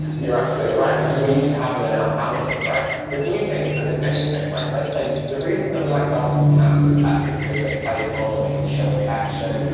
you're absolutely right because we used to have them in our families right but do we think that there's anything like, let's say the reason that we like dogs and cats as pets is because they're playful and they can show affection,